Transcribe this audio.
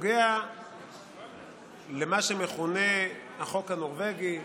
בנוגע למה שמכונה "החוק הנורבגי",